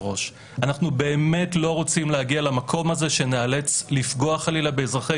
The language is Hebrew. ראש לא רוצים להגיע למקום הזה שנאלץ לפגוע חלילה באזרחי